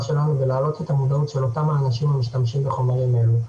שלנו ולהעלות את המודעות של אותם האנשים המשתמשים בחומרים האלו,